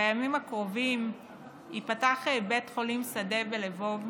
בימים הקרובים ייפתח בית חולים שדה בלבוב,